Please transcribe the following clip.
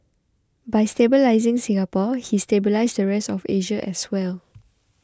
by stabilising Singapore he stabilised the rest of Asia as well